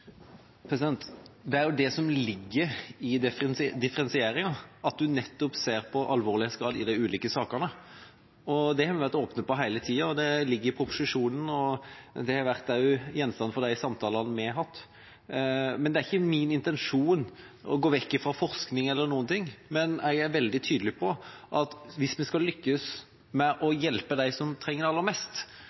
at en ser på alvorlighetsgraden i de ulike sakene. Det har vi vært åpne på hele tida. Det ligger i proposisjonen, og det har også vært gjenstand for de samtalene vi har hatt. Det er ikke min intensjon å gå vekk fra forskning eller annet, men jeg er veldig tydelig på at hvis vi skal lykkes med å hjelpe dem som trenger det aller mest,